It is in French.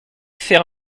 faire